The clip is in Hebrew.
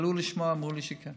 תתפלאו לשמוע, אמרו לי שכן.